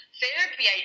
therapy